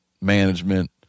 management